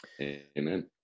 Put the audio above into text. Amen